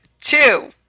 two